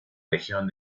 región